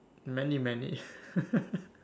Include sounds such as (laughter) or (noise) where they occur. many many (laughs)